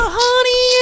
honey